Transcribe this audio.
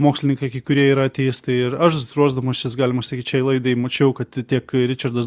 mokslininkai kai kurie yra ateistai ir aš ruošdamasis galima sakyt šiai laidai mačiau kad tiek ričardas